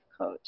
coach